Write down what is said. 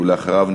ואחריו,